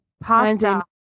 Pasta